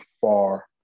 far